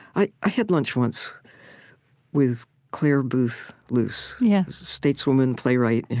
i had lunch once with clare boothe luce, yeah stateswoman, playwright,